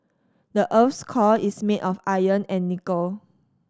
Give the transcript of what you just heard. the earth's core is made of iron and nickel